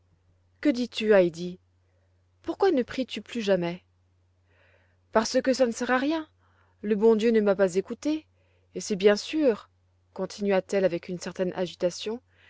que dis-tu heidi pourquoi ne pries tu plus jamais parce que ça ne sert à rien le bon dieu ne m'a pas écoutée et c'est bien sûr continua-t-elle avec une certaine agitation